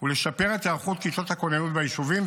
ולשפר את היערכות כיתות הכוננות והיישובים,